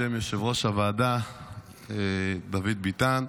בשם יושב-ראש הוועדה דוד ביטן.